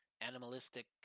animalistic